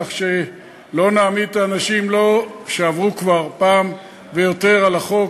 כך שלא נעמיד את האנשים שעברו כבר פעם ויותר על החוק,